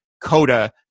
coda